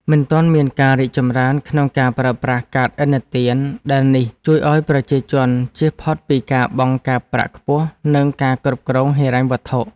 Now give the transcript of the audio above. មិនទាន់មានការរីកចម្រើនក្នុងការប្រើប្រាស់កាតឥណទានដែលនេះជួយឱ្យប្រជាជនជៀសផុតពីការបង់ការប្រាក់ខ្ពស់និងការគ្រប់គ្រងហិរញ្ញវត្ថុ។